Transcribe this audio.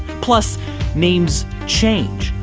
plus names change.